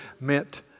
meant